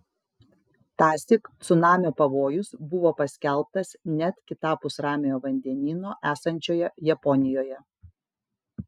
tąsyk cunamio pavojus buvo paskelbtas net kitapus ramiojo vandenyno esančioje japonijoje